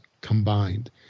combined